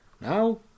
Now